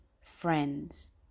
friends